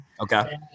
Okay